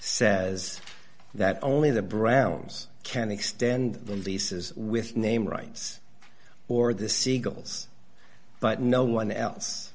says that only the browns can extend the leases with name rights or the siegel's but no one else